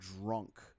drunk